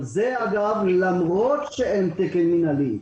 זה למרות שאין תקן מינהלי.